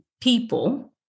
people